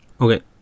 okay